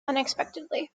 unexpectedly